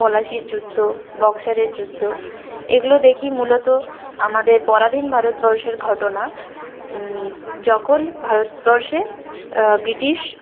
পলাশির যুদ্ধ বক্সারের যুদ্ধ এগুলো দেখি মূলত আমাদের পরাধীন ভারতবর্ষের ঘটনা যখন ভারতবর্ষে ব্রিটিশ